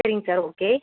சரிங் sir okay